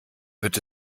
wird